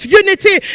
unity